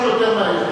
להוציא אותה מהאולם.